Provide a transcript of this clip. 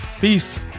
Peace